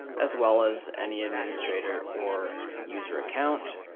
as well as any administrator or user account,